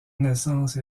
naissance